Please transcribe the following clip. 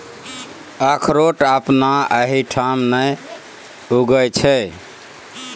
अकरोठ अपना एहिठाम नहि उगय छै